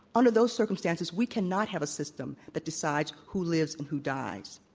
under those circumstances, we cannot have a system that decides who lives and who dies.